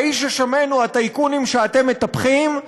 האיש השמן הוא הטייקונים שאתם מטפחים,